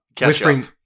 whispering